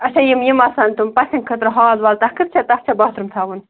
اچھا یِم یِم آسان تِم پَژھیٚن خٲطرٕ ہال وال تَتھ خٲطرٕ چھا تَتھ چھا باتھ روٗم تھاوُن